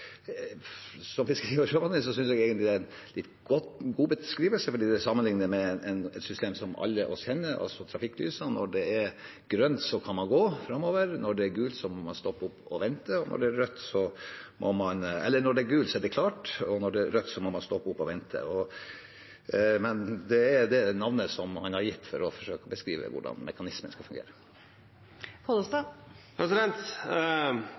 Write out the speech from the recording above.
en god beskrivelse, fordi man sammenligner det med et system som vi alle kjenner, trafikklysene: Når det er grønt, kan man gå framover, når det er gult, er det klart, og når det er rødt, må man stoppe opp og vente. Men det er det navnet man har gitt for å forsøke å beskrive hvordan mekanismen skal fungere. På vegner av oss raud-grøn-fargeblinde, vil eg ta avstand frå den siste skildringa i dette. Men eg trur det er viktig at ein kjem i gang med ein samla kunnskapsbasert gjennomgang av oppdrettsnæringa. Kva er det som har